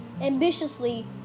ambitiously